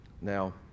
Now